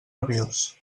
rabiós